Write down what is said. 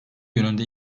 yönünde